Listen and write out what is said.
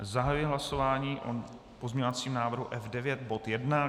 Zahajuji hlasování o pozměňovacím návrhu F9 bod 1.